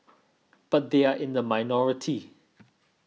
but they are in the minority